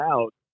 out